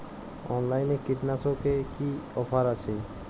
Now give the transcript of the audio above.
অনলাইনে কীটনাশকে কি অফার আছে?